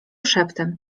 szeptem